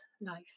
life